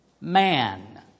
man